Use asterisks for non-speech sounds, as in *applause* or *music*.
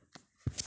*noise*